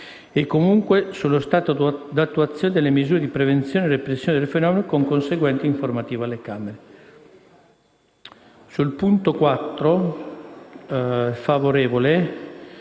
e comunque sullo stato d'attuazione delle misure di prevenzione e repressione del fenomeno, con conseguente informativa alle Camere;». PRESIDENTE.